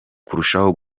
kurushaho